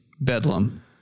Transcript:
Bedlam